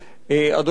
אדוני היושב-ראש,